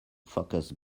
focus